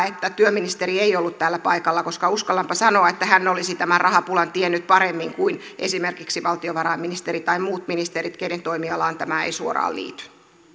että työministeri ei ollut täällä paikalla koska uskallanpa sanoa että hän olisi tämän rahapulan tiennyt paremmin kuin esimerkiksi valtiovarainministeri tai muut ministerit keiden toimialaan tämä ei suoraan liity